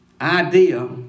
idea